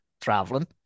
traveling